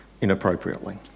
inappropriately